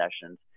sessions